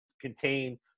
contain